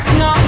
no